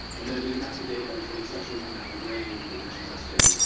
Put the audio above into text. and then we go back to data every twenty sessions, map your brain, do attention testing,